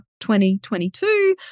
2022